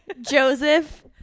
Joseph